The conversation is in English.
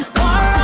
war